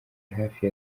hafi